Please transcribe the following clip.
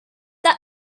that